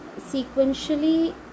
sequentially